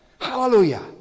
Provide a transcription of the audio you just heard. Hallelujah